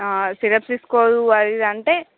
syrups తీసుకోరు అదీ ఇదీ అంటే